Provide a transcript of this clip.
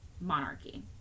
monarchy